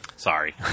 Sorry